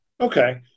Okay